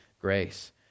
grace